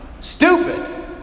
Stupid